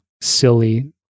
silly